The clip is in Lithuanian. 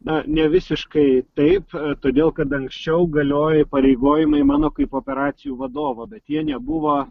na ne visiškai taip todėl kad anksčiau galioję įpareigojimai mano kaip operacijų vadovo bet jie nebuvo